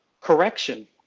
correction